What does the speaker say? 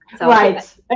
Right